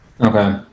Okay